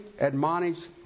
admonish